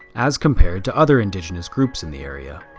as compared to other indigenous groups in the area.